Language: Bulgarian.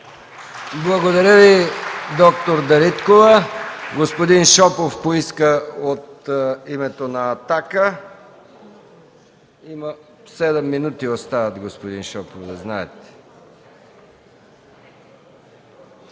Благодаря Ви, д-р Дариткова. Господин Шопов поиска думата от името на „Атака”. Седем минути остават, господин Шопов, да знаете.